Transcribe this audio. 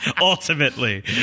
Ultimately